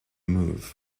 move